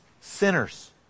sinners